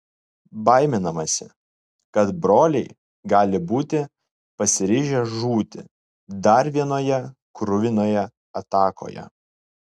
baiminamasi kad broliai gali būti pasiryžę žūti dar vienoje kruvinoje atakoje